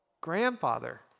grandfather